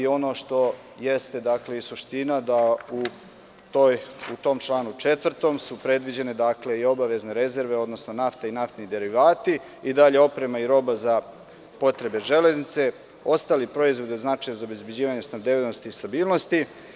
Ono što je suština je da su u tom članu 4. predviđene i obavezne rezerve, odnosno nafta i naftni derivati i oprema i roba za potrebe železnice, ostali proizvodi od značaja za obezbeđivanje snabdevenosti i stabilnosti.